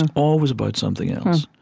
and always about something else.